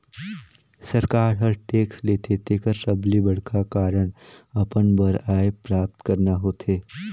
सरकार हर टेक्स लेथे तेकर सबले बड़खा कारन अपन बर आय प्राप्त करना होथे